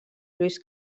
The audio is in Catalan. lluís